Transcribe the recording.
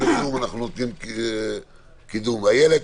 אני לא